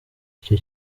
icyo